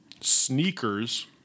sneakers